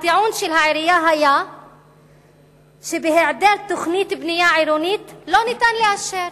הטיעון של העירייה היה שבהיעדר תוכנית בנייה עירונית לא ניתן לאשר.